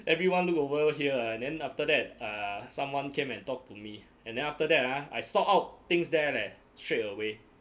everyone look over here ah and then after that uh someone came and talked to me and then after that ah I sort out things there leh straight away